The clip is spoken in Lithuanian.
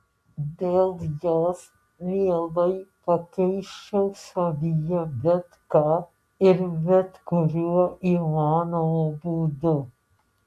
dėl jos mielai pakeisčiau savyje bet ką ir bet kuriuo įmanomu būdu